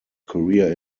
career